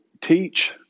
teach